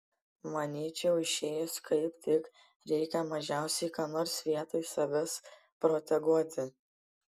manyčiau išėjus kaip tik reikia mažiausiai ką nors vietoj savęs proteguoti